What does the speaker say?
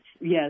Yes